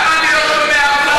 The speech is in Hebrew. ולמה אני לא שומע אותך,